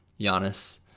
Giannis